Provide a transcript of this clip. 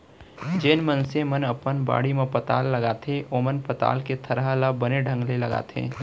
जेन मनसे मन अपन बाड़ी म पताल लगाथें ओमन पताल के थरहा ल बने ढंग ले लगाथें